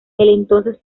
entonces